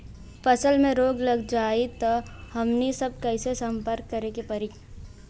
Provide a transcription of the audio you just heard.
फसल में रोग लग जाई त हमनी सब कैसे संपर्क करें के पड़ी?